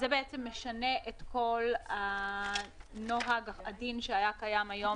זה משנה את כל הדין שהיה קיים היום